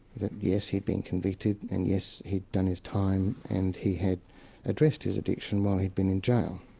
that yes, he'd been convicted and yes, he'd done his time, and he had addressed his addiction while he'd been in jail.